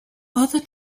other